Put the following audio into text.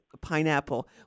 pineapple